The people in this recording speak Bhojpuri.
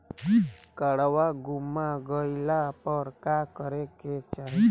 काडवा गुमा गइला पर का करेके चाहीं?